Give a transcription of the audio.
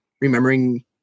remembering